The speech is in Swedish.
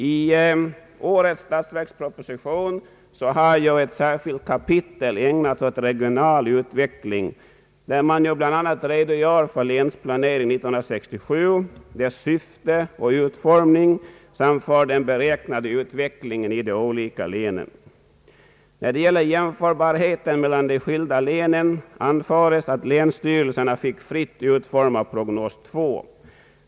I årets statsverksproposition har ett särskilt kapitel ägnats åt regional utveckling, där man bl.a. redogör för länsplanering 1967, dess syfte och utformning samt för den beräknade utvecklingen i de olika länen. När det gäller jämförbarheten mellan de skilda länen anföres att länsstyrelserna fick fritt utforma prognos 2.